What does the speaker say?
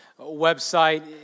website